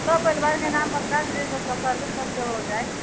सब परिवार के नाम बतला देबै सर्वे सबके हो जाइ